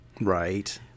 Right